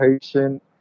patient